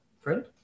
friend